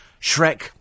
Shrek